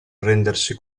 rendersi